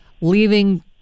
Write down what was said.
leaving